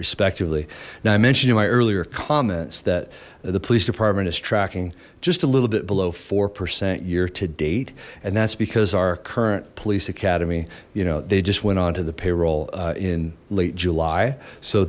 respectively now i mentioned in my earlier comments that the police department is tracking just a little bit below four percent year to date and that's because our current police academy you know they just went on the payroll in late july so